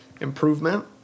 improvement